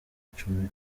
icumi